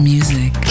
Music